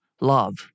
love